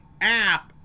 app